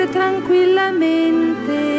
tranquillamente